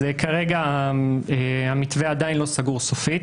כרגע המתווה עדיין לא סגור סופית,